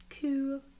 cool